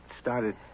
started